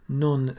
non